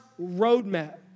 roadmap